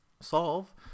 solve